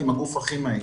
כי הם הגוף הכי מהיר,